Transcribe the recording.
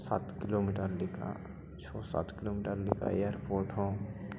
ᱥᱟᱛ ᱠᱤᱞᱳᱢᱤᱴᱟᱨ ᱞᱮᱠᱟ ᱪᱷᱚ ᱥᱟᱛ ᱠᱤᱞᱳᱢᱤᱴᱟᱨ ᱞᱮᱠᱟ ᱮᱭᱟᱨᱯᱳᱨᱴ ᱦᱚᱸ